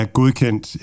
godkendt